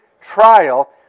trial